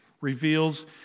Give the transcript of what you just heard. reveals